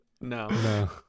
no